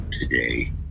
today